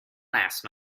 last